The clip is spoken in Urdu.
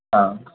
ہاں